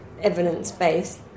evidence-based